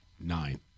Nine